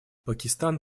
пакистан